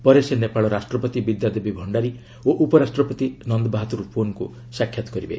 ପରେ ସେ ନେପାଳ ରାଷ୍ଟ୍ରପତି ବିଦ୍ୟାଦେବୀ ଭଣ୍ଡାରୀ ଓ ଉପରାଷ୍ଟ୍ରପତି ନନ୍ଦବାହାଦୁର ପୁନ୍ଙ୍କୁ ସାକ୍ଷାତ୍ କରିବେ